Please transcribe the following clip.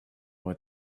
what